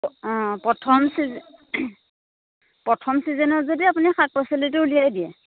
অঁ প্ৰথম প্ৰথম ছিজনত যদি আপুনি শাক পাচলিটো উলিয়াই দিয়ে